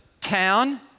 town